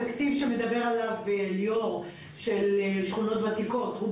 התקציב שמדבר עליו ליאור של שכונות ותיקות הוא